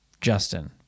Justin